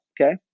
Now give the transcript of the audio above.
okay